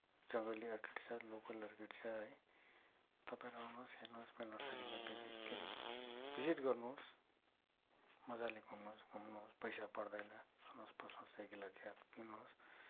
जङ्गली अर्किड छ local orchid छ है तपाईँहरू आउनुहोस् मेरो नर्सरीमा के हरे भिजिट गर्नुहोस् मज्जाले घुम्नु घुम्नुहोस् पैसा पर्दैन आउनुहोस् बस्नुहोस् एक गिलास चिया पिउनुहोस्